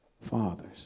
Fathers